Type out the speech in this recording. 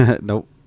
Nope